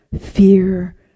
fear